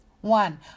One